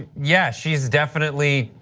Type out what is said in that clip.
yeah, she's definitely,